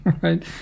Right